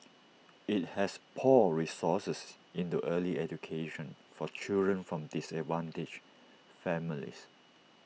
IT has poured resources into early education for children from disadvantaged families